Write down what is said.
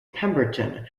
pemberton